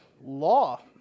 law